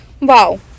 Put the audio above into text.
Wow